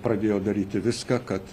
pradėjo daryti viską kad